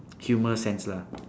humour sense lah